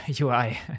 UI